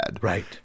Right